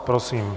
Prosím.